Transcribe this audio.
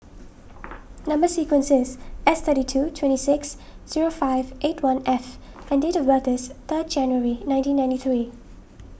Number Sequence is S thirty two twenty six zero five eight one F and date of birth is third January nineteen ninety three